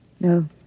No